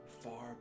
far